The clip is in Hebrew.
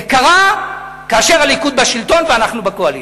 זה קרה כאשר הליכוד בשלטון ואנחנו בקואליציה.